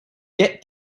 get